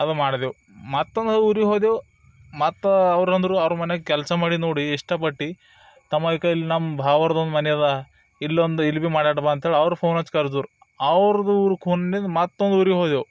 ಅದು ಮಾಡಿದೆವು ಮತ್ತೊಂದು ಊರಿಗೆ ಹೋದೆವು ಮತ್ತು ಅವ್ರು ಅಂದರು ಅವ್ರ ಮನೆಗೆ ಕೆಲಸ ಮಾಡಿದ್ದು ನೋಡಿ ಇಷ್ಟಪಟ್ಟು ತಮ್ಮ ಇಕ ಇಲ್ಲಿ ನಮ್ಮ ಭಾವರ್ದೊಂದು ಮನೆ ಅದ ಇಲ್ಲೊಂದು ಇಲ್ಲಿ ಭಿ ಮಾಡು ಅಷ್ಟ್ ಬಾ ಅಂತೇಳಿ ಅವರು ಫೋನ್ ಹಚ್ಚ್ ಕರದ್ರು ಅವ್ರ್ದು ಊರ ಖೂನಿನಿಂದ ಮತ್ತೊಂದು ಊರಿಗೆ ಹೋದೆವು